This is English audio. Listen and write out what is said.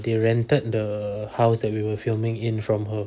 they rented the house that we were filming in from her